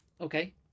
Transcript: Okay